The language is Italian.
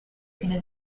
fine